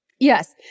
Yes